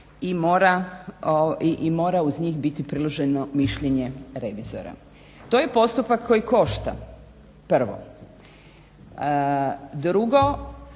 i mora uz njih biti priloženo mišljenje revizora. To je postupak koji košta, prvo. Drugo,